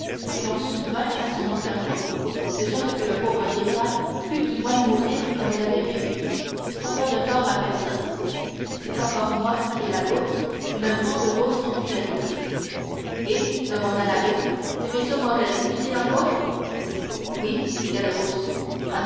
et l'on subvint à son enterrement de sorte que le pauvre vieillard put du moins mourir comme il avait vécu sans faire de tort à personne c'est encore moi qui ai la bourse une grande bourse en filet rouge et demanda l'abbé ce m morrel vit-il encore oui dit